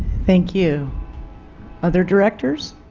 thank you other directors?